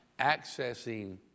accessing